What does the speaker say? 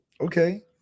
Okay